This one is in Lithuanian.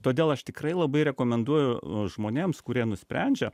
todėl aš tikrai labai rekomenduoju žmonėms kurie nusprendžia